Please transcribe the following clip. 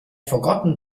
forgotten